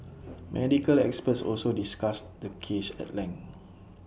medical experts also discussed the case at length